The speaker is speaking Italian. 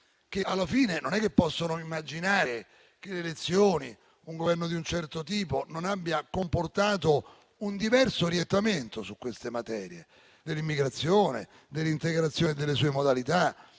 che, alla fine, non possono immaginare che le elezioni e un Governo di un certo tipo non abbiano comportato un diverso orientamento sulle materie dell'immigrazione, dell'integrazione e delle sue modalità